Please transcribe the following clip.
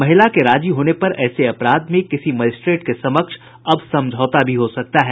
महिला के राजी होने पर ऐसे अपराध में किसी मजिस्ट्रेट के समक्ष अब समझौता भी हो सकता है